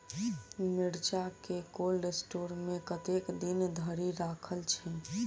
मिर्चा केँ cold store मे कतेक दिन धरि राखल छैय?